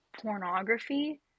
pornography